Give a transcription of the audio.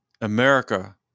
America